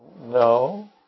No